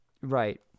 Right